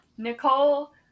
Nicole